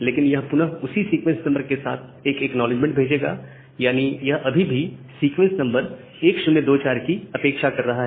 लेकिन यह पुनः उसी सीक्वेंस नंबर के साथ एक एक्नॉलेजमेंट भेजेगा यानी यह अभी भी सीक्वेंस नंबर 1024 की अपेक्षा कर रहा है